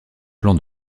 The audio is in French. plan